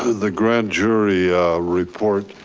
the grand jury report,